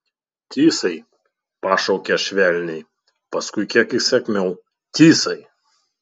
tysai pašaukė švelniai paskui kiek įsakmiau tysai